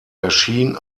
erschien